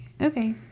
Okay